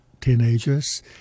teenagers